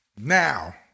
Now